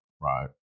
right